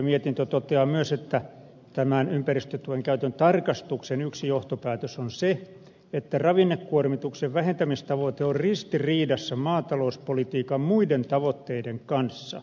mietintö toteaa myös että tämän ympäristötuen käytön tarkastuksen yksi johtopäätös on se että ravinnekuormituksen vähentämistavoite on ristiriidassa maatalouspolitiikan muiden tavoitteiden kanssa